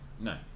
No